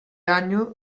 año